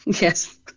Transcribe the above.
yes